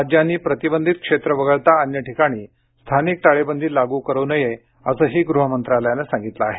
राज्यांनी प्रतिबंधित क्षेत्र वगळता अन्य ठिकाणी स्थानिक टाळेबंदी लागू करू नये असंही गृह मंत्रालयानं सांगितलं आहे